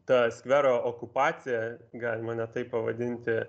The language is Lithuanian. ta skvero okupacija galima net taip pavadinti